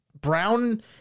Brown